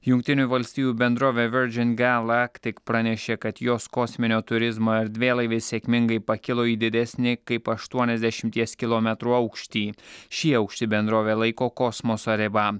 jungtinių valstijų bendrovė viordžin galaktik pranešė kad jos kosminio turizmo erdvėlaivis sėkmingai pakilo į didesnį kaip aštuoniasdešimties kilometrų aukštį šį aukštį bendrovė laiko kosmoso riba